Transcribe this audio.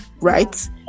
right